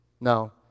No